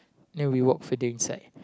then we walk further inside